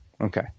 okay